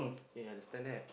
ya understand that